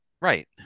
right